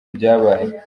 byabaye